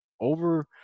over